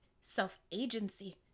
self-agency